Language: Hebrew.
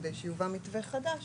כדי שיובא מתווה חדש.